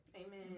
Amen